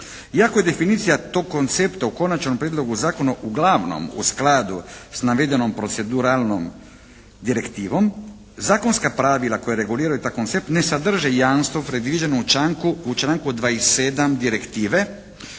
Iako je definicija tog koncepta u Konačnom prijedlogu Zakona uglavnom u skladu s navedenom proceduralnom direktivom, zakonska pravila koja reguliraju taj koncept ne sadrže jamstvo predviđeno u članku 27. direktive